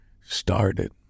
started